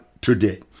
today